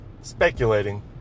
speculating